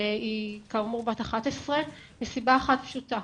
היא, כאמור, בת 11. מסיבה אחת פשוטה.